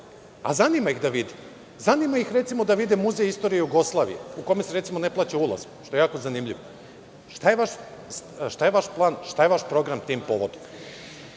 a zanima ih da vide, zanima ih, recimo, da vide Muzej istorije Jugoslavije, u kome se, recimo, ne plaća ulaz, što je jako zanimljivo. Šta je vaš plan, šta je vaš program tim povodom? Žao